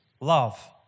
love